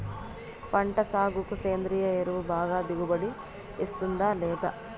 పంట సాగుకు సేంద్రియ ఎరువు బాగా దిగుబడి ఇస్తుందా లేదా